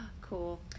Cool